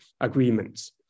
agreements